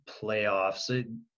playoffs